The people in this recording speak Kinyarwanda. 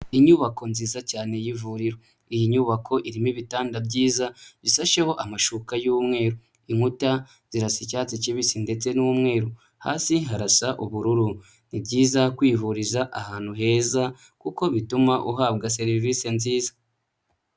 Inyubako nziza cyane y'ivuriro, iyi nyubako irimo ibitanda byiza bisasheho amashuka y'umweru, inkuta zirasa icyatsi kibisi ndetse n'umweru, hasi harasa ubururu. Ni byiza kwivuriza ahantu heza kuko bituma uhabwa serivisi nziza.